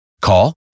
Call